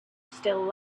still